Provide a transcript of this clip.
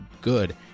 good